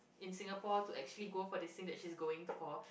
in Singapore to actually go for this thing that she's going for